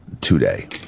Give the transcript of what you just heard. today